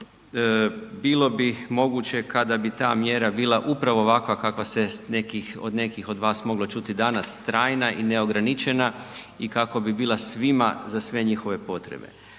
bilo bi moguće kada bi ta mjera bila upravo ovakva kakva se od nekih od vas moglo čuti danas trajna i neograničena i kako bi bila svima za sve njihove potrebe.